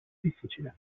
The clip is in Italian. difficile